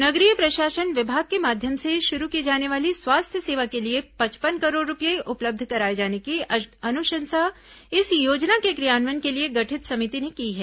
नगरीय प्रशासन विभाग के माध्यम से शुरू की जाने वाली स्वास्थ्य सेवा के लिए पचपन करोड़ रूपये उपलब्ध कराए जाने की अनुशंसा इस योजना के क्रियान्वयन के लिए गठित समिति ने की है